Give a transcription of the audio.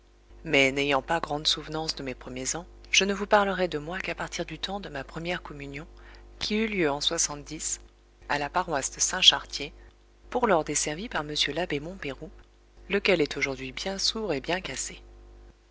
mais n'ayant pas grande souvenance de mes premiers ans je ne vous parlerai de moi qu'à partir du temps de ma première communion qui eut lieu en à la paroisse de saint chartier pour lors desservie par monsieur l'abbé montpérou lequel est aujourd'hui bien sourd et bien cassé